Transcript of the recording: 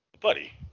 Buddy